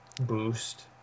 boost